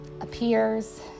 appears